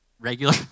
Regular